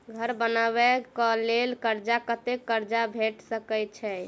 घर बनबे कऽ लेल कर्जा कत्ते कर्जा भेट सकय छई?